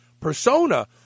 persona